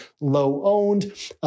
low-owned